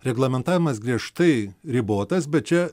reglamentavimas griežtai ribotas bet čia